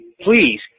please